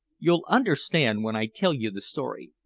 you'll understand when i tell you the story.